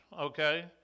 Okay